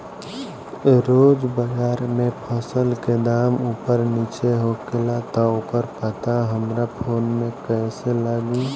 रोज़ बाज़ार मे फसल के दाम ऊपर नीचे होखेला त ओकर पता हमरा फोन मे कैसे लागी?